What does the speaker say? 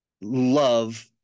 love